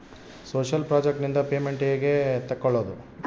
Social project ನಿಂದ payment ಹೆಂಗೆ ತಕ್ಕೊಳ್ಳದು?